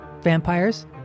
Vampires